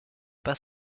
pas